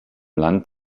land